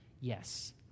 yes